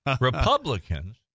Republicans